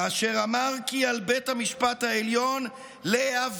כאשר אמר כי על בית המשפט העליון להיאבק